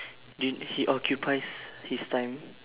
did he occupies his time